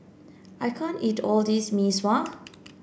I can't eat all of this Mee Sua